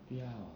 不要